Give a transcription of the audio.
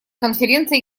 конференция